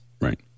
Right